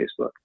Facebook